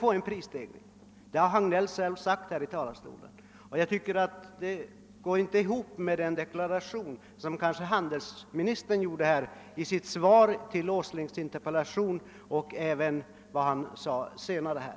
Detta har alltså herr Hagnell själv sagt här i talarstolen. Jag tycker att det inte går riktigt ihop med vad handelsministern deklarerat i sitt svar på herr Åslings interpellation och även senare under debatten.